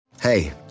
Hey